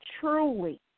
truly